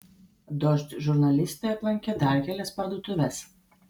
dožd žurnalistė aplankė dar kelias parduotuves